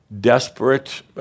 desperate –